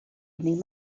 evening